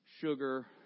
sugar